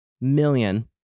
million